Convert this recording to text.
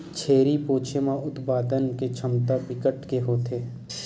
छेरी पोछे म उत्पादन छमता बिकट के होथे